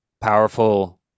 powerful